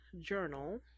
Journal